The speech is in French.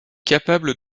capable